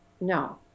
no